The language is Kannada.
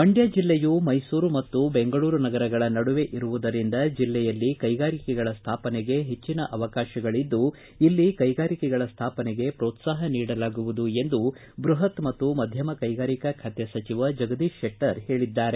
ಮಂಡ್ಕ ಜಿಲ್ಲೆ ಮೈಸೂರು ಮತ್ತು ಬೆಂಗಳೂರು ನಗರಗಳ ನಡುವೆ ಇರುವುದರಿಂದ ಜಿಲ್ಲೆಯಲ್ಲಿ ಕೈಗಾರಿಕೆಗಳ ಸ್ಥಾಪನೆಗೆ ಹೆಚ್ಚಿನ ಅವಕಾಶಗಳಿದ್ದು ಇಲ್ಲಿ ಕೈಗಾರಿಕೆಗಳ ಸ್ಥಾಪನೆಗೆ ಪೋತ್ಸಾಹ ನೀಡಲಾಗುವುದು ಎಂದು ಬೃಪತ್ ಮತ್ತು ಮಧ್ಯಮ ಕೈಗಾರಿಕಾ ಬಾತೆ ಸಚಿವ ಜಗದೀಶ್ ಶೆಟ್ಟರ್ ಹೇಳಿದ್ದಾರೆ